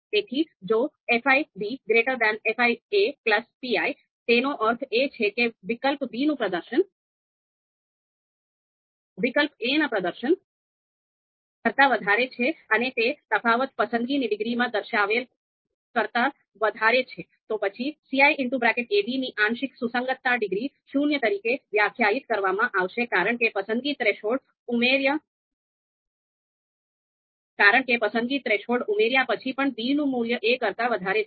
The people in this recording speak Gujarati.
તેથી જો fifipi તેનો અર્થ એ છે કે વિકલ્પ b નું પ્રદર્શન વિકલ્પ a ના પ્રદર્શન કરતા વધારે છે અને તે તફાવત પસંદગીની ડિગ્રીમાં દર્શાવેલ કરતાં વધારે છે તો પછી ciab ની આંશિક સુસંગતતા ડિગ્રી શૂન્ય તરીકે વ્યાખ્યાયિત કરવામાં આવશે કારણ કે પસંદગી થ્રેશોલ્ડ ઉમેર્યા પછી પણ b નું મૂલ્ય a કરતા વધારે છે